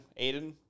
Aiden